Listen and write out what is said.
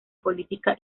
política